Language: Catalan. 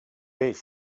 peix